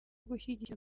gushyigikira